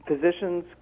physicians